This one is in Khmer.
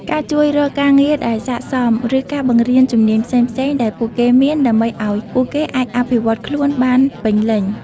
ការជួយរកការងារដែលស័ក្តិសម ឬការបង្រៀនជំនាញផ្សេងៗដែលពួកគេមាន ដើម្បីឱ្យពួកគេអាចអភិវឌ្ឍខ្លួនបានពេញលេញ។